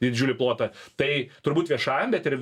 didžiulį plotą tai turbūt viešajam bet ir